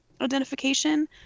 identification